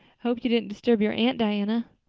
hope you didn't disturb your aunt, diana.